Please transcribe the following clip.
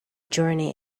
journey